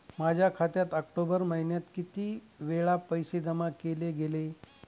माझ्या खात्यात ऑक्टोबर महिन्यात किती वेळा पैसे जमा केले गेले?